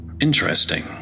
interesting